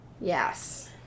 Yes